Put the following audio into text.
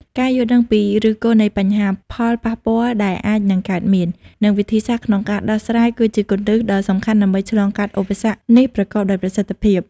ការយល់ដឹងពីឫសគល់នៃបញ្ហា ផលប៉ះពាល់ដែលអាចនឹងកើតមាន និងវិធីសាស្រ្តក្នុងការដោះស្រាយ គឺជាគន្លឹះដ៏សំខាន់ដើម្បីឆ្លងកាត់ឧបសគ្គនេះប្រកបដោយប្រសិទ្ធភាព។